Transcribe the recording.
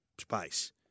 space